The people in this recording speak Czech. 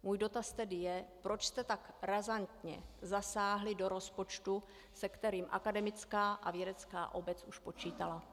Můj dotaz tedy je, proč jste tak razantně zasáhli do rozpočtu, se kterým akademická a vědecká obec už počítala.